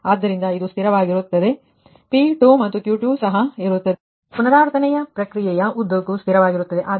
ಆದ್ದರಿಂದ ಇದು ಸ್ಥಿರವಾಗಿರುತ್ತದೆ ಮತ್ತು P2 ಮತ್ತು Q2 ಸಹ ಇರುತ್ತದೆ ಪುನರಾವರ್ತನೆಯ ಪ್ರಕ್ರಿಯೆಯ ಉದ್ದಕ್ಕೂ ಸ್ಥಿರವಾಗಿರುತ್ತದೆ